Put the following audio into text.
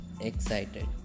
excited